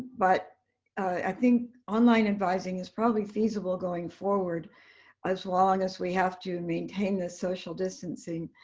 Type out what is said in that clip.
but i think online advising is probably feasible going forward as long as we have to maintain this social distancing.